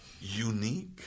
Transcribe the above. unique